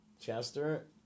Chester